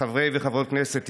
חברי וחברות הכנסת,